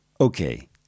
Okay